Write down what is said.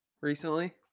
recently